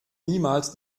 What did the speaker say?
niemals